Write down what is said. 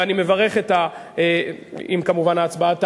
ואני מברך, אם כמובן ההצבעה תעבור,